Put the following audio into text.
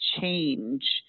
change